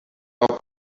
cop